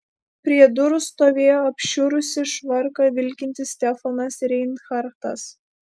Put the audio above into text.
prie durų stovėjo apšiurusį švarką vilkintis stefanas reinhartas